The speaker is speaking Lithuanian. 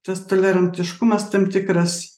tas tolerantiškumas tam tikras